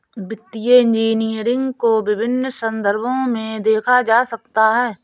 वित्तीय इंजीनियरिंग को विभिन्न संदर्भों में देखा जा सकता है